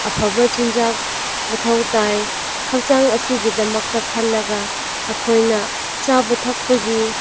ꯑꯐꯕ ꯆꯤꯟꯖꯥꯛ ꯃꯊꯧ ꯇꯥꯏ ꯍꯛꯆꯥꯡ ꯑꯁꯤꯒꯤꯗꯃꯛꯇ ꯈꯜꯂꯒ ꯑꯩꯈꯣꯏꯅ ꯆꯥꯕ ꯊꯛꯄꯒꯤ